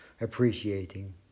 appreciating